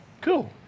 Cool